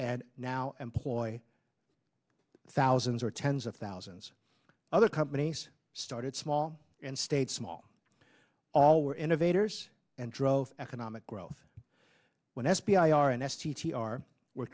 and now employ thousands or tens of thousands other companies started small and stayed small all were innovators and drove economic growth when f d r and s t t are were